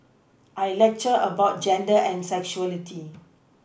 I lecture about gender and sexuality